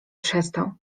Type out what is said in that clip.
przestał